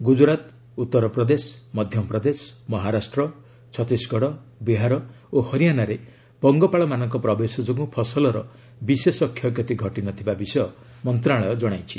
ଗୁକରାତ ଉତ୍ତରପ୍ରଦେଶ ମଧ୍ୟପ୍ରଦେଶ ମହାରାଷ୍ଟ୍ର ଛତିଶଗଡ଼ ବିହାର ଓ ହରିଆଣାରେ ପଙ୍ଗପାଳମାନଙ୍କ ପ୍ରବେଶ ଯୋଗୁଁ ଫସଲର ବିଶେଷ କ୍ଷୟକ୍ଷତି ଘଟିନଥିବା ବିଷୟ ମନ୍ତ୍ରଣାଳୟ ଜଣାଇଛନ୍ତି